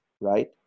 right